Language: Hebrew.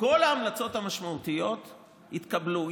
כל ההמלצות המשמעותיות התקבלו.